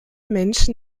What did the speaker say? menschen